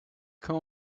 come